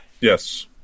Yes